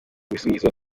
bisubizo